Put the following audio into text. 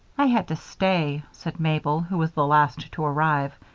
i had to stay, said mabel, who was the last to arrive.